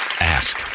Ask